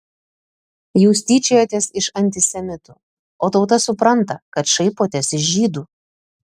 jūs tyčiojatės iš antisemitų o tauta supranta kad šaipotės iš žydų